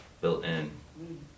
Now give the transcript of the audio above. built-in